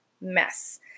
mess